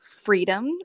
freedom